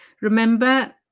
Remember